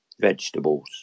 vegetables